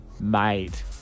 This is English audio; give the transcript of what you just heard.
Mate